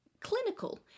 clinical